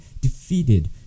defeated